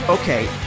Okay